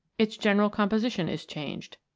its general composition is changed.